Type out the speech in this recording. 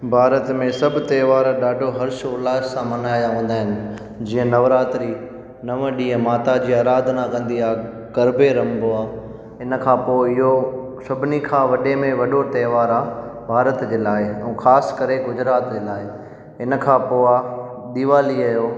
भारत में सभु त्योहार ॾाढो हर्ष उल्लास सां मल्हाया वेंदा आहिनि जीअं नवरात्रि नव ॾींहं माता जी आराधना कंदी आहे करबे रंबो आहे इन खां पोइ सभिनी खां वॾे में वॾो त्योहार आहे भारत जे लाइ ऐं ख़ासि करे गुजरात जे लाइ इन खां पोइ आहे दीवालीअ जो